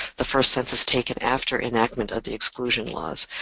the first census taken after enactment of the exclusion laws,